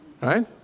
Right